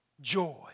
joy